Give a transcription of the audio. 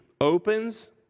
opens